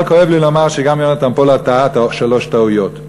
אבל כואב לי לומר שגם יונתן פולארד טעה שלוש טעויות: